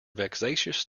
vexatious